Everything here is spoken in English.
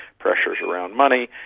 pressures around money.